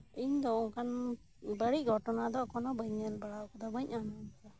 ᱤᱧ ᱫᱚ ᱚᱱᱠᱟᱱ ᱵᱟᱹᱲᱤᱡ ᱜᱷᱚᱴᱚᱱᱟ ᱫᱚ ᱮᱠᱷᱚᱱᱚ ᱵᱟᱹᱟᱧ ᱧᱮᱞ ᱵᱟᱲᱟ ᱟᱠᱟᱫᱟ ᱵᱟᱹᱧ ᱚᱱᱢᱟᱱ ᱟᱠᱟᱫᱟ